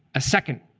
a second,